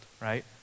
right